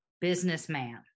businessman